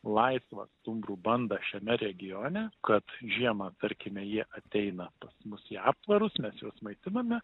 laisvą stumbrų banda šiame regione kad žiemą tarkime jie ateina pas mus į aptvarus mes juos maitiname